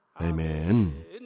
Amen